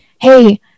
hey